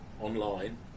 online